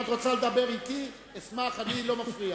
אם את רוצה לדבר אתי, אשמח, אני לא מפריע.